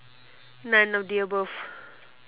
none of the above